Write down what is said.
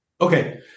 Okay